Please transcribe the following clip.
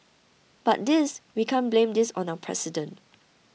but this we can't blame this on our president